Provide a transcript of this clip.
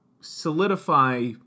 solidify